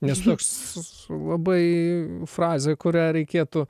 nes toks labai frazė kurią reikėtų